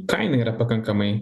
kaina yra pakankamai